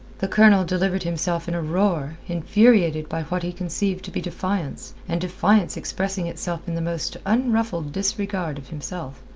the colonel delivered himself in a roar, infuriated by what he conceived to be defiance, and defiance expressing itself in the most unruffled disregard of himself.